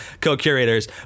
co-curators